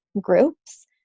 groups